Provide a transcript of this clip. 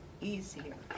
easier